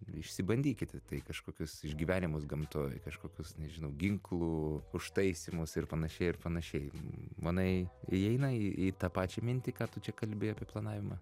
išsibandykite tai kažkokius išgyvenimus gamtoj kažkokius nežinau ginklų užtaisymas ir panašiai ir panašiai manai įeina į į tą pačią mintį ką tu čia kalbi apie planavimą